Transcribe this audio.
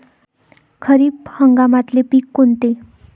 खरीप हंगामातले पिकं कोनते?